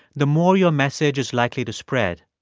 the more your message is likely to spread.